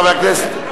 חבר הכנסת,